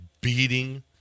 beating